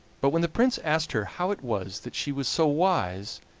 but when the prince asked her how it was that she was so wise,